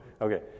Okay